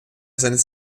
seines